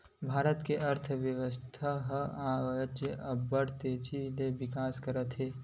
भारत के अर्थबेवस्था ह आज अब्बड़ तेजी ले बिकास करत हे